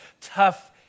tough